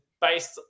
based